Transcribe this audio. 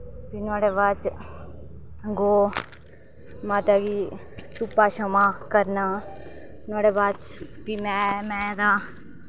फ्ही नुआढ़े बाद'च गौ माता गी धुप्पा छावां करना नुआढ़े बाद'च फ्ही मैंह् दा